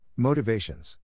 Motivations